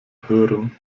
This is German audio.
hören